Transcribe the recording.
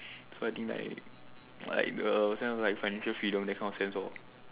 so i think like like the ourselves like financial freedom that kind of sense lor